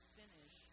finish